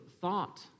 thought